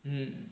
mm